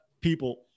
people